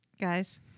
Guys